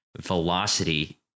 velocity